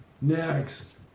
Next